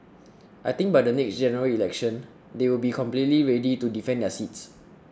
I think by the next General Election they will be completely ready to defend their seats